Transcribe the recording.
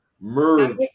merge